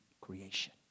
creation